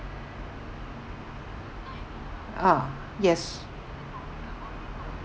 ah yes